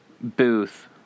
booth